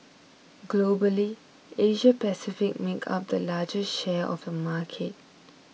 Globally Asia Pacific makes up the largest share of the market